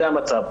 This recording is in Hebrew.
זה המצב.